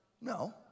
No